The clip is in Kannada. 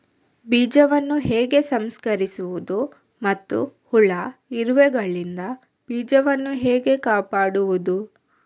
ಬೀಜವನ್ನು ಹೇಗೆ ಸಂಸ್ಕರಿಸುವುದು ಮತ್ತು ಹುಳ, ಇರುವೆಗಳಿಂದ ಬೀಜವನ್ನು ಹೇಗೆ ಕಾಪಾಡುವುದು?